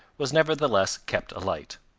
was nevertheless kept alight.